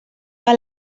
que